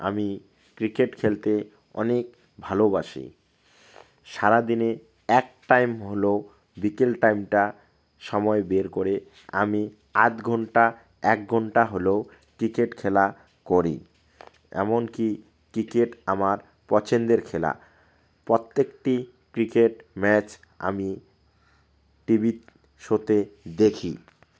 আমি ক্রিকেট খেলতে অনেক ভালোবাসি সারাদিনে এক টাইম হলেও বিকেল টাইমটা সময় বের করে আমি আধ ঘণ্টা এক ঘণ্টা হলেও ক্রিকেট খেলা করি এমনকি ক্রিকেট আমার পছন্দের খেলা প্রত্যেকটি ক্রিকেট ম্যাচ আমি টিভির শোতে দেখি